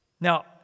Now